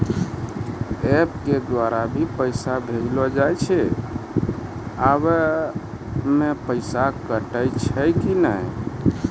App के द्वारा भी पैसा भेजलो जाय छै आबै मे पैसा कटैय छै कि नैय?